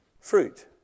fruit